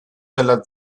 della